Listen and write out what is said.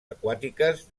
aquàtiques